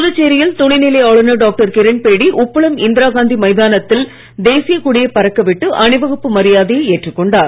புதுச்சேரியில் துணைநிலை ஆளுநர் டாக்டர் கிரண்பேடி உப்பளம் இந்திரகாந்தி மைதானத்தில் தேசிய கொடியை பறக்கவிட்டு அணிவகுப்பு மரியாதையை ஏற்றுக் கொண்டார்